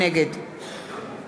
נגד